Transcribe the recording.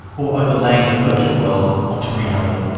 or overlaying the virtual world onto reality.